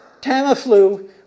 Tamiflu